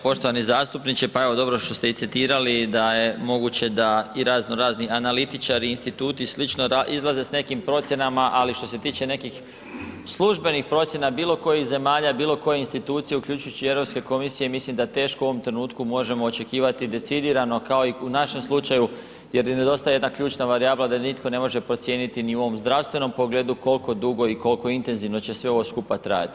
Poštovani zastupniče, pa evo, dobro što ste i citirali da je moguće da i razno razni analitičari i instituti i sl. izlaze s nekim procjenama, ali što se tiče nekih službenih procjena bilo kojih zemalja, bilo kojih institucija uključujući i Europske komisije mislim da teško u ovom trenutku možemo očekivati decidirano kao i u našem slučaju jer nedostaje jedna ključna varijabla da nitko ne može procijeniti ni u ovom zdravstvenom pogledu koliko dugo i koliko intenzivno će sve ovo skupa trajati.